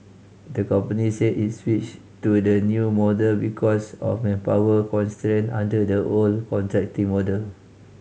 the company said its switched to the new model because of manpower constraint under the old contracting model